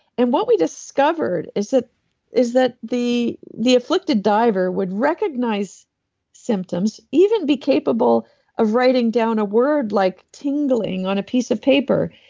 and what we discovered is that is that the the afflicted diver would recognize symptoms, even be capable of writing down a word, like tingling, on a piece of paper,